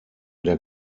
der